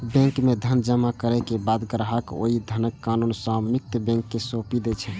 bank मे धन जमा करै के बाद ग्राहक ओइ धनक कानूनी स्वामित्व बैंक कें सौंपि दै छै